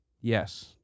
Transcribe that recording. yes